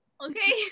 Okay